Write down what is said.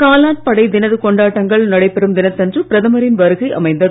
காலாட் படை தின கொண்டாட்டங்கள் நடைபெறும் தினத்தன்று பிரதமரின் வருகை அமைந்தது